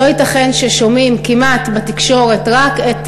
לא ייתכן ששומעים בתקשורת כמעט רק את